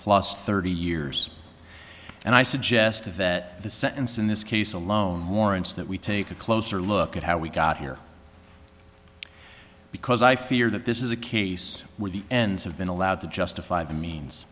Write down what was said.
plus thirty years and i suggested that the sentence in this case alone warrants that we take a closer look at how we got here because i fear that this is a case where the ends have been allowed to justify the means